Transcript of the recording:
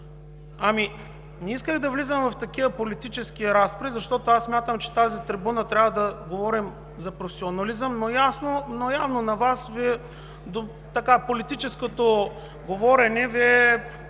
не исках да влизам в политически разпри, защото смятам, че от тази трибуна трябва да говорим за професионализъм, но явно за Вас политическото говорене е